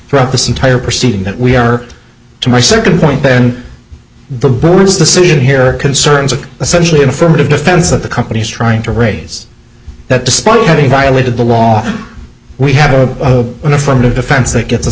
throughout this entire proceeding that we are to my second point then the board's decision here concerns are essentially an affirmative defense that the company's trying to raise that despite having violated the law we have an affirmative defense that gets us